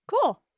cool